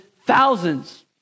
thousands